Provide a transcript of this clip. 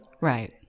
right